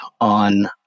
on